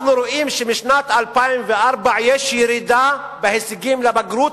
אנחנו רואים שמשנת 2004 יש ירידה כלל-ארצית בהישגים בבגרות,